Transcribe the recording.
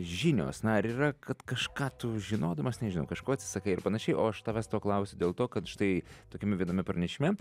žinios na ar yra kad kažką tu žinodamas nežinau kažko atsisakai ir panašiai o aš tavęs to klausiu dėl to kad štai tokiame viename parnešime